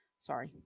sorry